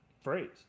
phrase